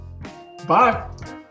Bye